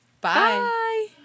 Bye